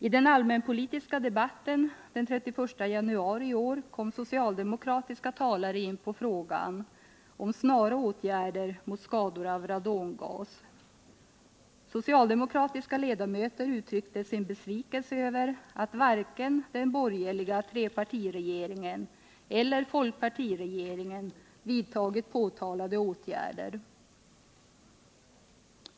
I den allmänpolitiska debatten den 31 januari kom socialdemokratiska talare in på frågan om snara åtgärder mot skador av radongas. Socialdemokratiska ledamöter uttryckte sin besvikelse över att varken den borgerliga trepartiregeringen eller folkpartiregeringen vidtagit påtalade åtgärder.